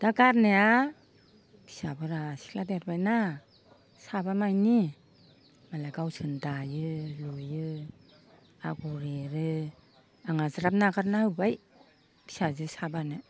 दा गारनाया फिसाफोरा सिख्ला देरबायना साबामानि मालाय गावसोरनो दायो लुयो आगर एरो आंहा ज्राब नागारना होबाय फिसाजो साबानो